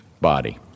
body